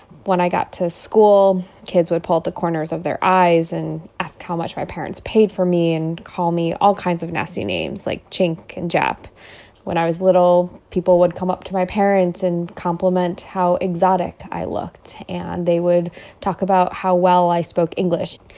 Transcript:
when i got to school, kids would pull at the corners of their eyes and ask how much my parents paid for me and call me all kinds of nasty names like chink and jap when i was little, people would come up to my parents and compliment how exotic i looked. and they would talk about how well i spoke english.